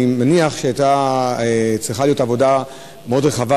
ואני מניח שהיתה צריכה להיות עבודה מאוד רחבה,